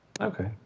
okay